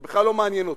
זה בכלל לא מעניין אותי.